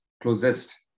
closest